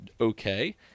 okay